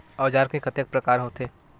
औजार के कतेक प्रकार होथे?